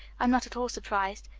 i'm not at all surprised.